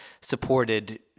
supported—